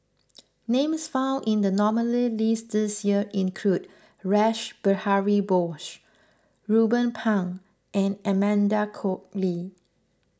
names found in the nominees' list this year include Rash Behari Bose Ruben Pang and Amanda Koe Lee